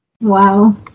Wow